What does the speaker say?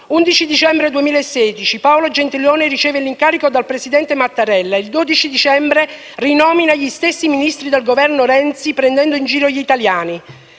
L'11 dicembre 2016 Paolo Gentiloni Silveri riceve l'incarico dal presidente Mattarella, il 12 dicembre rinomina gli stessi Ministri del Governo Renzi, prendendo in giro gli italiani.